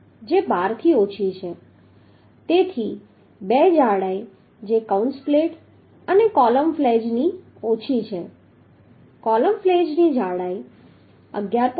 4 છે જે 12 થી ઓછી છે તેથી બે જાડાઈ જે કૌંસ પ્લેટ અને કૉલમ ફ્લેંજ ની ઓછી છે કૉલમ ફ્લેંજની જાડાઈ 11